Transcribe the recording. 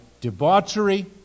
debauchery